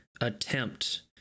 attempt